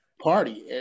party